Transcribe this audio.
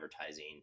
advertising